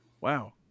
Wow